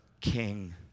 King